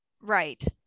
Right